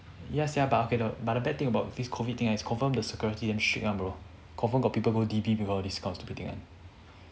ya sia but okay but the bad thing about this COVID thing right is confirm the security damn strict one bro confirm got people go d b because of this kind of stupid thing one